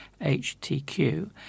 HTQ